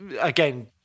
again